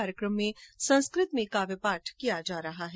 कार्यकम में संस्कृत में काव्य पाठ किया जा रहा है